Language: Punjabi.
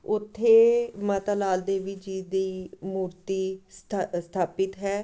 ਉੱਥੇ ਮਾਤਾ ਲਾਲ ਦੇਵੀ ਜੀ ਦੀ ਮੂਰਤੀ ਸਥ ਸਥਾਪਿਤ ਹੈ